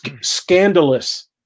scandalous